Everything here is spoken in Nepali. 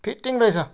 फिटिङ रहेछ